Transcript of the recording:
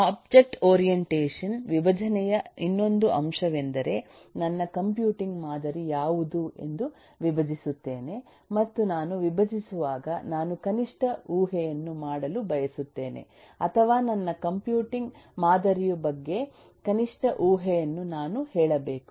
object orientation ವಿಭಜನೆಯ ಇನ್ನೊಂದು ಅಂಶವೆಂದರೆ ನನ್ನ ಕಂಪ್ಯೂಟಿಂಗ್ ಮಾದರಿ ಯಾವುದು ಎಂದು ವಿಭಜಿಸುತ್ತೇನೆ ಮತ್ತು ನಾನು ವಿಭಜಿಸುವಾಗ ನಾನು ಕನಿಷ್ಠ ಊಹೆಯನ್ನು ಮಾಡಲು ಬಯಸುತ್ತೇನೆ ಅಥವಾ ನನ್ನ ಕಂಪ್ಯೂಟಿಂಗ್ ಮಾದರಿಯ ಬಗ್ಗೆ ಕನಿಷ್ಠ ಊಹೆಯನ್ನು ನಾನು ಹೇಳಬೇಕು